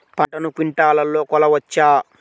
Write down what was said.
పంటను క్వింటాల్లలో కొలవచ్చా?